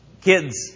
kids